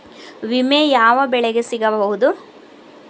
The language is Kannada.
ವಿಮೆ ಯಾವ ಬೆಳೆಗೆ ಸಿಗಬಹುದು?